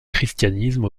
christianisme